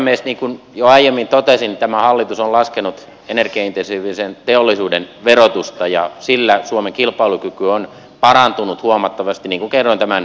niin kuin jo aiemmin totesin tämä hallitus on laskenut energiaintensiivisen teollisuuden verotusta ja sillä suomen kilpailukyky on parantunut huomattavasti niin kuin kerroin tämän yhden esimerkin